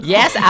Yes